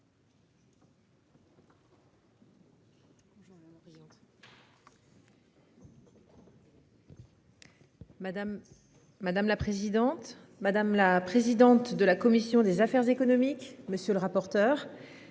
Madame la présidente, madame la présidente de la commission des affaires économiques. Monsieur le rapporteur.